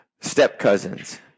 step-cousins